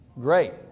Great